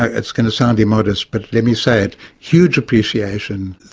it's going to sound immodest, but let me say it huge appreciation.